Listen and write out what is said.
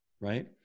right